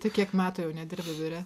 tu kiek metų jau nedirbi biure